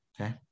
Okay